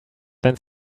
then